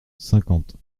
cinquante